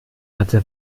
hatte